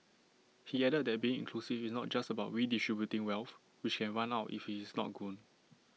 he added that being inclusive is not just about redistributing wealth which can run out if IT is not grown